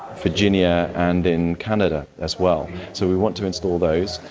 virginia and in canada as well. so we want to install those.